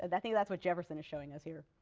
and think that's what jefferson is showing us here.